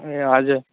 ए हजुर